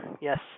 yes